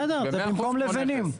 בסדר, זה במקום לבנים.